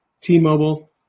T-Mobile